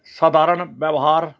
ਸਾਧਾਰਨ ਵਿਵਹਾਰ